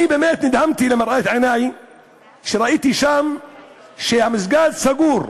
אני באמת נדהמתי למראה עיני כשראיתי שם שהמסגד סגור,